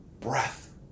breath